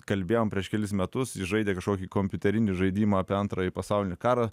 kalbėjom prieš kelis metus jis žaidė kažkokį kompiuterinį žaidimą apie antrąjį pasaulinį karą